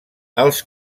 els